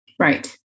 Right